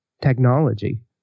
technology